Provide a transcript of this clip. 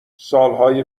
سالهای